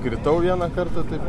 kritau vieną kartą taip